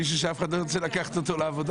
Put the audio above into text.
מישהו שאף אחד לא ירצה לקחת אותו לעבודה.